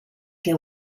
que